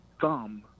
thumb